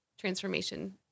transformation